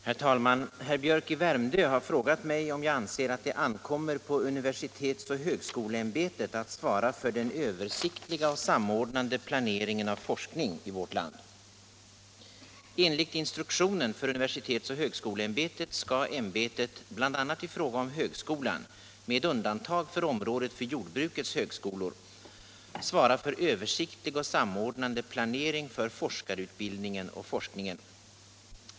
Herr talman! Herr Biörck i Värmdö har frågat mig om jag anser att det ankommer på universitetsoch högskoleämbetet att svara för den översiktliga och samordnande planeringen av forskning i vårt land. Enligt instruktionen för universitetsoch högskoleämbetet skall ämbetet bl.a. i fråga om högskolan, med undantag för området för jordbrukets högskolor, svara för översiktlig och samordnande planering för forskarutbildningen och forskningen.